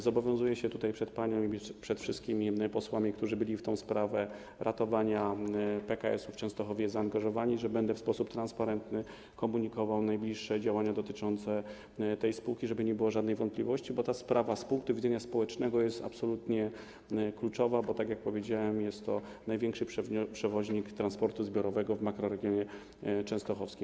Zobowiązuję się tutaj przed panią i przed wszystkimi posłami, którzy byli w sprawę ratowania PKS w Częstochowie zaangażowani, że będę w sposób transparentny komunikował najbliższe działania dotyczące tej spółki, żeby nie było żadnych wątpliwości, bo ta sprawa z punktu widzenia społecznego jest absolutnie kluczowa, bo jak powiedziałem, jest to największy przewoźnik transportu zbiorowego w makroregionie częstochowskim.